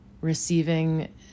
receiving